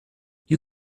you